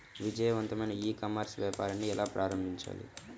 విజయవంతమైన e commerce వ్యాపారాన్ని ఎలా ప్రారంభించాలి?